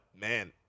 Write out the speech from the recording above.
man